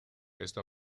esta